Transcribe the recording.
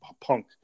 punk